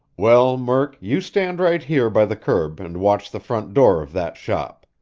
well, murk, you stand right here by the curb and watch the front door of that shop.